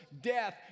death